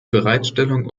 bereitstellung